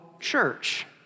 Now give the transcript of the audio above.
church